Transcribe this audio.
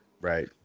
Right